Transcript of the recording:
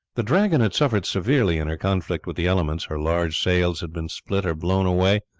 the dragon had suffered severely in her conflict with the elements, her large sails had been split or blown away,